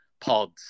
pods